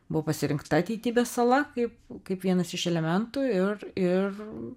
buvo pasirinkta ateitybės sala kaip kaip vienas iš elementų ir ir